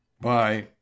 Bye